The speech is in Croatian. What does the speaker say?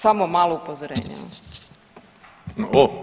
Samo malo upozorenje evo.